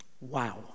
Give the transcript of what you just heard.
Wow